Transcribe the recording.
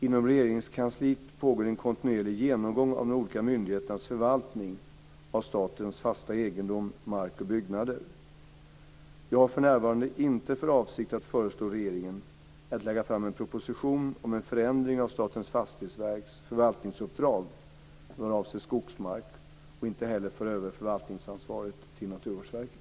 Inom Regeringskansliet pågår en kontinuerlig genomgång av de olika myndigheternas förvaltning av statens fasta egendom, mark och byggnader. Jag har för närvarande inte för avsikt att föreslå regeringen att lägga fram en proposition om en förändring av Statens fastighetsverks förvaltningsuppdrag vad avser skogsmark och inte heller föra över förvaltningsansvaret till Naturvårdsverket.